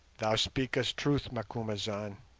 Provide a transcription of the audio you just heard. thou speakest truth, macumazahn,